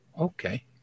Okay